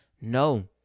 No